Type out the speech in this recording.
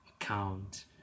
account